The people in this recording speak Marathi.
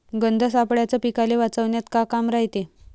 गंध सापळ्याचं पीकाले वाचवन्यात का काम रायते?